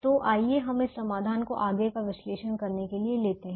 तो आइए हम इस समाधान को आगे का विश्लेषण करने के लिए लेते हैं